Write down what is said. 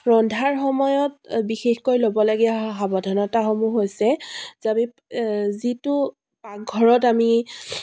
ৰন্ধাৰ সময়ত বিশেষকৈ ল'বলগীয়া সাৱধানতাসমূহ হৈছে যে আমি যিটো পাকঘৰত আমি